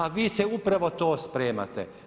A vi se upravo to spremate.